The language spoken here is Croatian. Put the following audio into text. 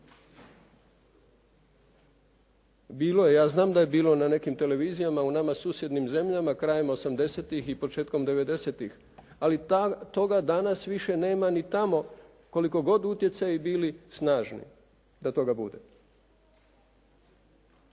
Bilo je, ja znam da je bilo na nekim televizijama u nama susjednim zemljama krajem 80-tih i početkom 90-tih, ali toga danas nema više ni tamo koliko god utjecaji bili snažni da toga bude.